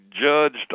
judged